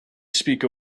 speak